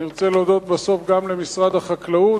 אני רוצה להודות בסוף גם למשרד החקלאות,